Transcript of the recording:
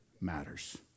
matters